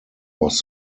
was